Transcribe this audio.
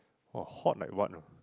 orh hot like what you know